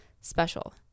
special